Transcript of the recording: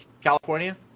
California